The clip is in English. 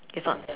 it's not